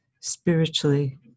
spiritually